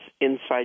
inside